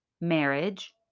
marriage